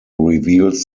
reveals